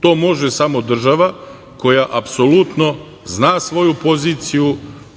To može samo država koja apsolutno zna svoju poziciju